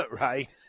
right